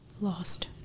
lost